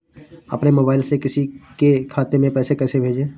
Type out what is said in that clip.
अपने मोबाइल से किसी के खाते में पैसे कैसे भेजें?